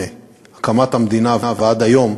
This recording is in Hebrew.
מהקמת המדינה ועד היום,